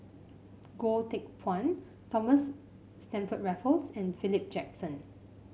Goh Teck Phuan Thomas Stamford Raffles and Philip Jackson